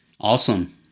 awesome